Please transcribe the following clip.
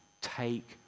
take